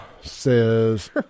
says